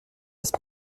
ist